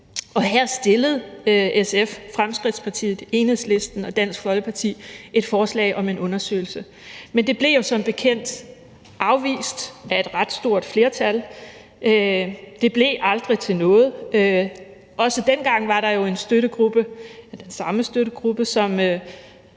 her stillede SF, Fremskridtspartiet, Enhedslisten og Dansk Folkeparti et forslag om en undersøgelse. Men det blev jo som bekendt afvist af et ret stort flertal. Det blev aldrig til noget. Også dengang var der jo en støttegruppe – den samme støttegruppe,